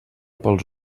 pels